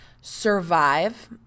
survive